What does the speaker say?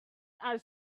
are